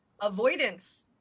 avoidance